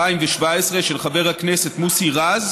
התשע"ח 2017, של חבר הכנסת מוסי רז